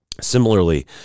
Similarly